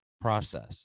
process